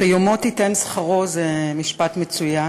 "ביומו תתן שכרו" זה משפט מצוין,